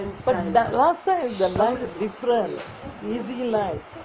but last time the life different easy life